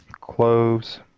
Cloves